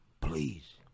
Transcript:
please